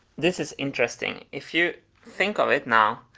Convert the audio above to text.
this is interesting, if you think of it now,